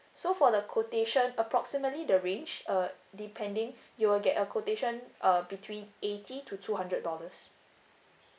so for the quotation approximately the range uh depending you will get a quotation uh between eighty to two hundred dollars